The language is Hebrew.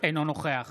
אינו נוכח